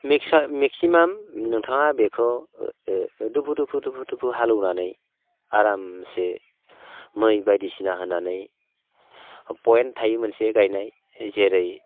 maximum नोंथाङा बेखौ दुफु दुफु दुफु दुफु हालेवनानै आरामसे मै बायदिसिना होनानै पइन्ट थायो मोनसे गायनाय जेरै